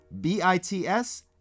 B-I-T-S